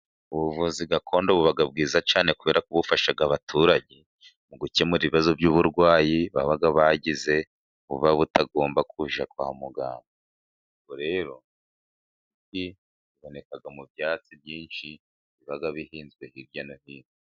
Ubuvuzi gakondo buba bwiza cyane, kubera ko bufasha abaturage, mu gukemura ibibazo by'uburwayi baba bagize, buba butagomba kuzaja kwa muganga. Rero biboneka mu byatsi byinshi biba bihinzwe hirya no hino.